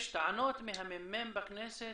יש טענות מהממ"מ בכנסת